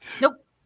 Nope